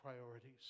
priorities